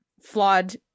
flawed